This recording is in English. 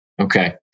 Okay